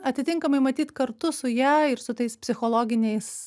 atitinkamai matyt kartu su ja ir su tais psichologiniais